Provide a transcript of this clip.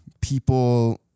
people